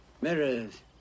Mirrors